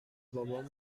بابام